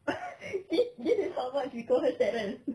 see this is how much we call her cheryl